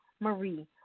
Marie